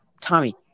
Tommy